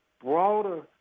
broader